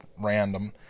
random